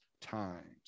times